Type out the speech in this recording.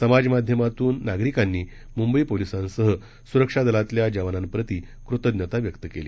समाजमाध्यमातून नागरिकांनी मुंबई पोलिसांसह सुरक्षा दलातल्या जवानांप्रती कृतज्ञता व्यक्त केली